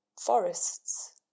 forests